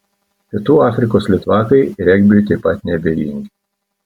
pietų afrikos litvakai regbiui taip pat neabejingi